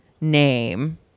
name